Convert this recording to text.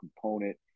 component